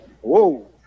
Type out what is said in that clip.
Whoa